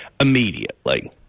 immediately